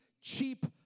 cheap